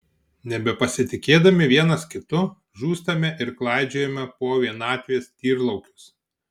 nebepasitikėdami vienas kitu žūstame ir klaidžiojame po vienatvės tyrlaukius